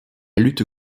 lutte